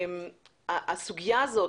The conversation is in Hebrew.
הסוגיה הזאת,